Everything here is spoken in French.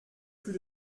plus